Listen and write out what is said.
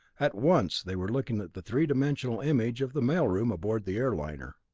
at once they were looking at the three dimensional image of the mail-room aboard the air liner.